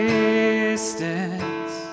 distance